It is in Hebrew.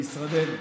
במשרדנו.